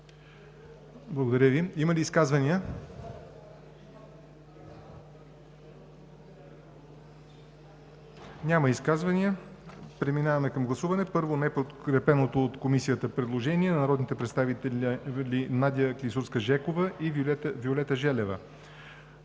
ЯВОР НОТЕВ: Има ли изказвания? Няма изказвания. Преминаваме към гласуване – първо, неподкрепеното от Комисията предложение на народните представители Надя Клисурска-Жекова и Виолета Желева.